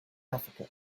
africa